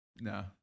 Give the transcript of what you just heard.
No